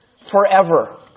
forever